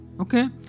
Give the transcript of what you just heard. Okay